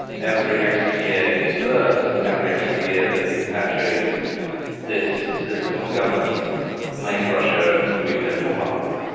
every extra year he serves and every extra year that he perpetuates this system of governance make russia weak and more vulnerable.